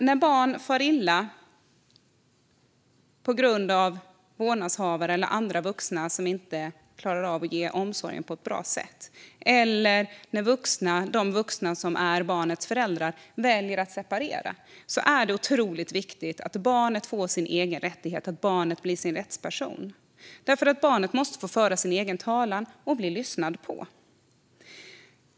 När barn far illa på grund av att vårdnadshavare eller andra vuxna inte klarar av att ge omsorg på ett bra sätt eller när de vuxna som är barnets föräldrar väljer att separera är det otroligt viktigt att barnet får sin egen rättighet och blir sin rättsperson. Barnet måste få föra sin egen talan och bli lyssnad på.